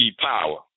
power